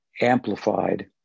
amplified